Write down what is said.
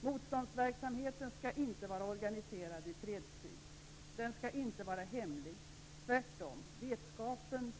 Motståndsverksamheten skall inte vara organiserad i fredstid, den skall inte vara hemlig, utan tvärtom skall vetskapen